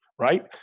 right